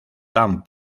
tan